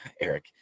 Eric